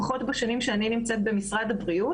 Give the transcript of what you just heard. לפחות בשנים שאני נמצאת במשרד הבריאות.